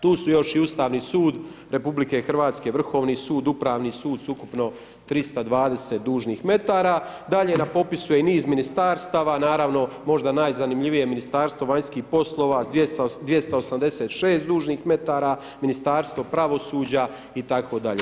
Tu su još i Ustavni sud RH, vrhovni sud, Upravni sud s ukupno 320 dužnih metara, dalje na popisu je niz ministarstava, naravno možda najzanimljivije Ministarstvo vanjskih poslova sa 286 dužnih metara, Ministarstvo pravosuđa itd.